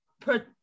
put